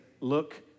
look